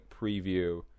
preview